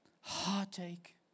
heartache